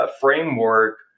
framework